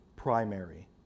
Primary